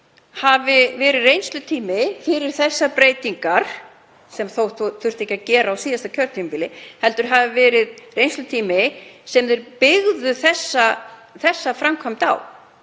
hafi verið reynslutími fyrir þessar breytingar, sem þurfti ekki að gera á síðasta kjörtímabili. Þetta hafi verið reynslutími sem þeir byggðu þessa framkvæmd á.